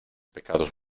pecados